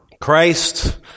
Christ